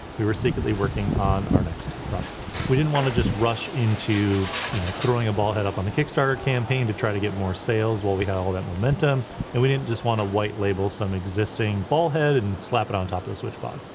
we were secretly working on our next product. we didn't wanna just rush into you know throwing a ball head up on the kickstarter campaign to try to get more sales while we had all that momentum and we didn't just wanna white label some existing ball head and and slap it on top of the switchpod.